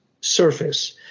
surface